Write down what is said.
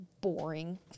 boring